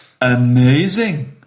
Amazing